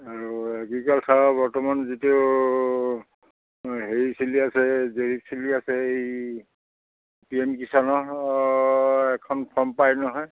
আৰু এগ্ৰিকালচাৰৰ বৰ্তমান যিটো হেৰি চলি আছে জৰীপ চলি আছে এই পি এম কিছানৰ এখন ফৰ্ম পাই নহয়